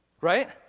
Right